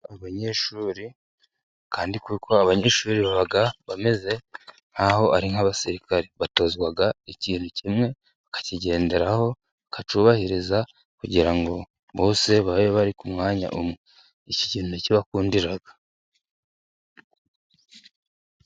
Abanyeshuri, kandi kuko abanyeshuri baba bameze nk'aho ari nk'abasirikare. Batozwa ikintu kimwe bakakigenderaho, bakacyuhiriza kugira ngo bose babe bari ku mwanya umwe. Iki kintu naki bakundiraga.